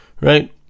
Right